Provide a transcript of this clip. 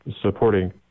supporting